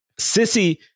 sissy